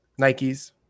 Nikes